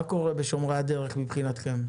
מה קורה בשומרי הדרך מבחינתכם?